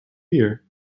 hear